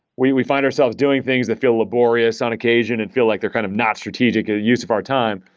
we we find ourselves doing things that feel laborious on occasion and feel like they're kind of not strategic ah use of our time.